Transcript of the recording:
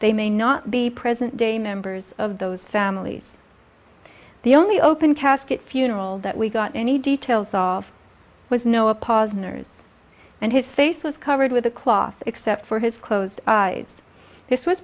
they may not be present day members of those families the only open casket funeral that we got any details of was no a pause nurse and his face was covered with a cloth except for his closed eyes this was